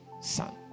son